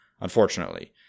unfortunately